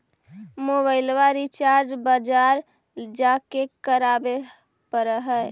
मोबाइलवा रिचार्ज बजार जा के करावे पर है?